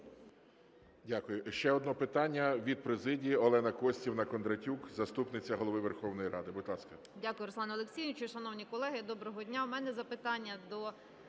Дякую. Ще одне питання від президії. Олена Костівна Кондратюк, заступниця Голови Верховної Ради, будь ласка. 11:21:10 КОНДРАТЮК О.К. Дякую, Руслане Олексійовичу. Шановні колеги, доброго дня! В мене запитання до